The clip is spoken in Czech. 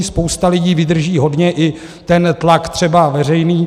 Spousta lidí vydrží hodně, i ten tlak třeba veřejný.